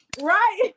right